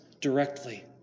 directly